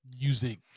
music